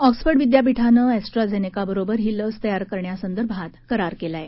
Oxford विद्यापीठानं AstraZeneca बरोबर ही लस तयार करण्यासंदर्भात करार केला आहे